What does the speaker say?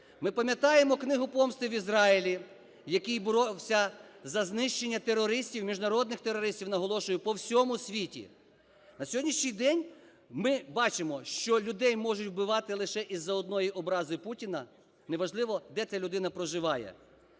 Ми пам'ятаємо "книгу помсти" в Ізраїлі, який боровся за знищення терористів, міжнародних терористів, наголошую, по всьому світу. На сьогоднішній день ми бачимо, що людей можуть вбивати лише із-за одної образи Путіна, не важливо, де ця людина проживає.